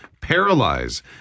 paralyze